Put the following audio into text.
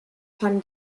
van